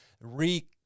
re